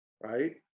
right